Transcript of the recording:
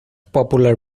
popular